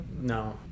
no